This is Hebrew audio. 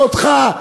לא אותך,